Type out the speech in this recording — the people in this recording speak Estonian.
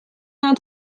nad